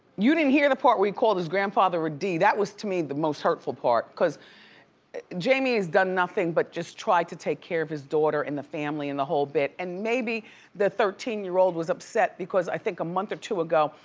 you didn't hear the part where he called his grandfather a d. that was to me the most hurtful part cause jamie has done nothing but just try to take care of his daughter and the family and the whole bit and maybe the thirteen year old was upset because i think a month or two ago,